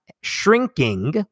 shrinking